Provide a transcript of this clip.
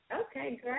Okay